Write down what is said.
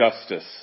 justice